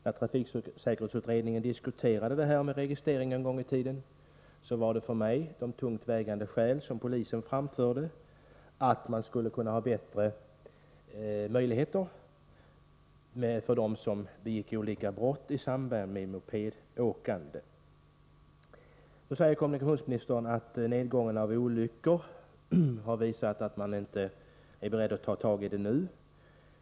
När trafiksäkerhetsutredningen en gång i tiden diskuterade frågan om registrering var för mig ett tungt vägande skäl det som polisen framförde, att man genom registrering av mopeder skulle ha bättre möjligheter att upptäcka dem som begick olika brott i samband med mopedåkande. Kommunikationsministern säger här att nedgången i antalet olyckor med mopeder gör att man inte nu är beredd att ta tag i frågan om registrering.